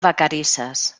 vacarisses